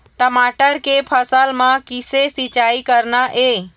टमाटर के फसल म किसे सिचाई करना ये?